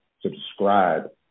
subscribe